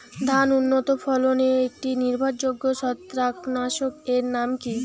ধান উন্নত ফলনে একটি নির্ভরযোগ্য ছত্রাকনাশক এর নাম কি?